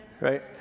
right